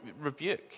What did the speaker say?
rebuke